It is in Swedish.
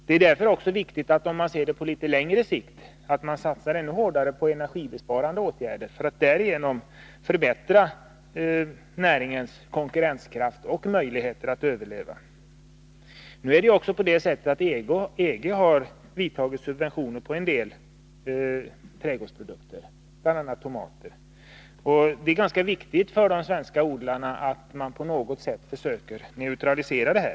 Det är därför viktigt att man — om vi ser på trädgårdsnäringens situation på litet längre sikt — satsar ännu hårdare på energibesparande åtgärder, för att därigenom förbättra näringens konkurrenskraft och möjligheter att överleva. EG har infört subventioner för en del trädgårdsprodukter, bl.a. tomater. Det är ganska viktigt för de svenska odlarna att man på något sätt försöker neutralisera detta.